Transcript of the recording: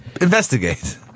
Investigate